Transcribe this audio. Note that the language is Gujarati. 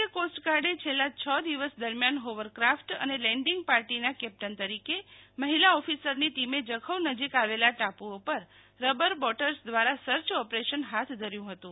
ભારતીય કોસ્ટગાર્ડે છેલ્લા છ દિવસ દરમિયાન હોવરક્રાફટ અને લેન્ડિગ પાર્ટીના કેપ્ટન તરીકે મહિલા ઓફિસરની ટીમે જખૌ નજીક આવેલા ટાપુઓ પર રબર બોટર્સ દ્વારા સર્ચ ઓપરેશન હાથ ધર્યું હતું